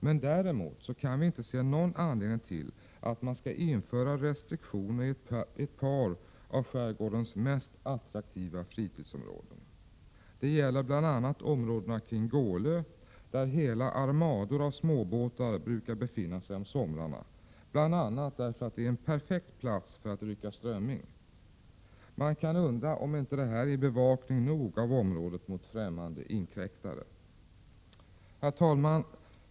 Men däremot kan vi inte se någon anledning till att man skall införa restriktioner i ett par av skärgårdens mest attraktiva fritidsområden. Det gäller bl.a. områden kring Gålö, där hela armador av småbåtar brukar befinna sig om somrarna, bl.a. därför att det är en perfekt plats för att rycka strömming. Man kan undra om det inte utgör bevakning nog av området mot främmande inkräktare. Herr talman!